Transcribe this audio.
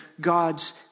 God's